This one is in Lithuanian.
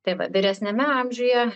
tai va vyresniame amžiuje